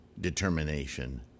determination